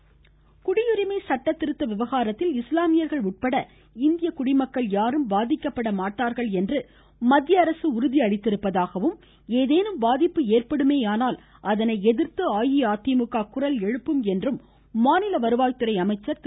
உதயகுமார் குடியுரிமை சட்ட திருத்த விவகாரத்தில் இஸ்லாமியர்கள் உட்பட இந்திய குடிமக்கள் யாரும் பாதிக்கப்பட மாட்டார்கள் என்று மத்தியஅரசு உறுதி அளித்திருப்பதாகவும் ஏதேனும் பாதிப்பு ஏற்படுமேயானால் அதனை எதிர்த்து அஇஅதிமுக குரல் எழுப்பும் என்றும் மாநில வருவாய்துறை அமைசச்ர் திரு